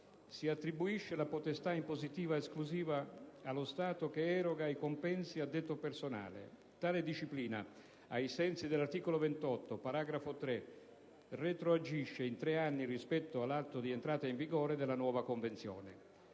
Si attribuisce la potestà impositiva esclusiva allo Stato che eroga i compensi a detto personale. Tale disciplina, ai sensi dell'articolo 28, paragrafo 3, retroagisce di tre anni rispetto all'anno di entrata in vigore della nuova Convenzione.